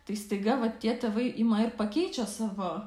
tai staiga va tie tėvai ima ir pakeičia savo